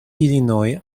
illinois